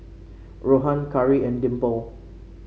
Rohan Karri and Dimple